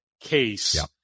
case